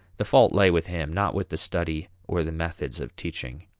the fault lay with him, not with the study or the methods of teaching.